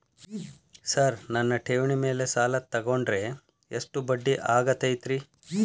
Sir ನನ್ನ ಠೇವಣಿ ಮೇಲೆ ಸಾಲ ತಗೊಂಡ್ರೆ ಎಷ್ಟು ಬಡ್ಡಿ ಆಗತೈತ್ರಿ?